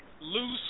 loose